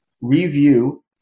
review